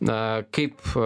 na kaip